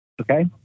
Okay